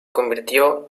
convirtió